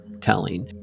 telling